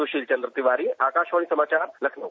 सुशील चन्द्र तिवारी आकाशवाणी समाचार लखनऊ